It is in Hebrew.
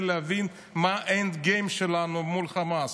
זה להבין מה ה-end game שלנו מול חמאס.